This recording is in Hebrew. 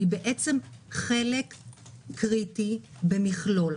היא בעצם חלק קריטי במכלול.